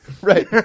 Right